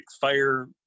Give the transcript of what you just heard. fire